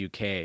uk